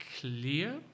clear